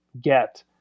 get